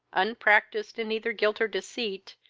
unpractised in either guilt or deceit,